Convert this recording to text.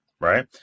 right